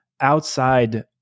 outside